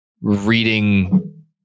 reading